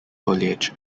foliage